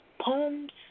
Poems